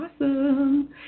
awesome